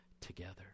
together